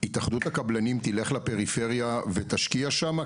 התאחדות הקבלנים תלך לפריפריה ותשקיע שם,